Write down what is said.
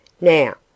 Now